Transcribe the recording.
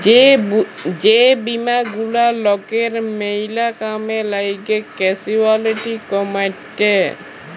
যে বীমা গুলা লকের ম্যালা কামে লাগ্যে ক্যাসুয়ালটি কমাত্যে